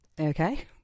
okay